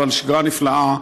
אבל שגרה נפלאה,